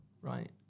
right